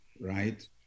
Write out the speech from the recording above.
right